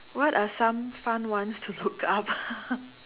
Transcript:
what are some fun ones to look up